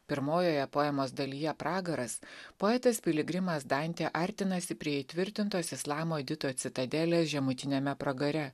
pirmojoje poemos dalyje pragaras poetas piligrimas dantė artinasi prie įtvirtintos islamo edito citadelės žemutiniame pragare